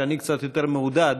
שאני קצת יותר מעודד,